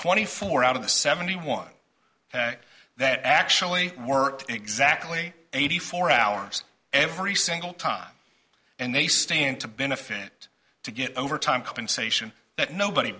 twenty four out of the seventy one that actually worked exactly eighty four hours every single time and they stand to benefit to get overtime compensation that nobody